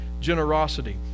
generosity